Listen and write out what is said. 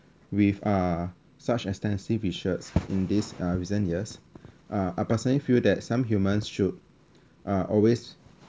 with uh such extensive research in these uh recent years uh I personally feel that some humans should uh always